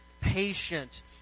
patient